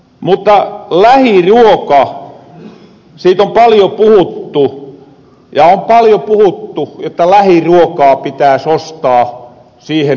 mutta lähiruoka siit on paljo puhuttu ja on paljo puhuttu jotta lähiruokaa pitääs ostaa kouluille